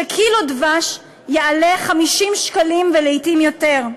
שקילו דבש יעלה 50 שקלים ולעתים יותר?